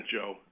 Joe